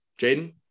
Jaden